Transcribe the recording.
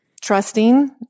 trusting